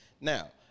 Now